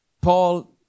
Paul